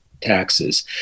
taxes